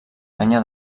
canya